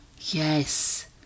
Yes